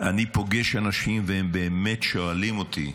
אני פוגש אנשים והם באמת שואלים אותי,